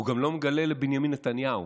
הוא גם לא מגלה לבנימין נתניהו